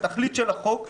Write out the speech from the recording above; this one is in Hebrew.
התכלית של החוק,